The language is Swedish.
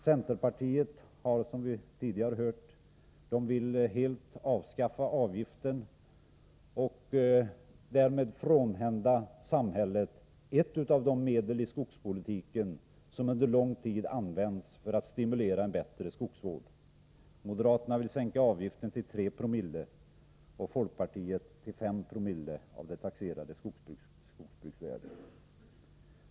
Centerpartiet vill, som vi tidigare hört, helt avskaffa avgiften och därmed frånhända samhället ett av de medel i skogspolitiken som under lång tid använts för stimulans till en bättre skogsvård. Moderaterna vill sänka avgiften till 3 Joo och folkpartiet till 5 §o av de taxerade skogsbruksvärdet.